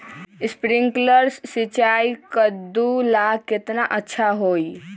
Sprinkler सिंचाई कददु ला केतना अच्छा होई?